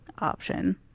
option